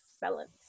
balance